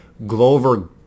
Glover